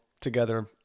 together